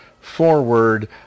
forward